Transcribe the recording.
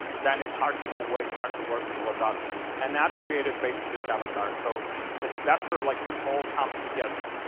then it's hard to know what exactly works and what doesn't, and that created based on this avatar. so that's where like it all comes together.